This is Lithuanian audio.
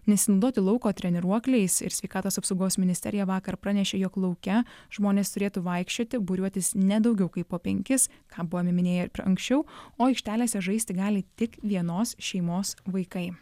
nesinaudoti lauko treniruokliais ir sveikatos apsaugos ministerija vakar pranešė jog lauke žmonės turėtų vaikščioti būriuotis ne daugiau kaip po penkis ką buvome minėję anksčiau o aikštelėse žaisti gali tik vienos šeimos vaikai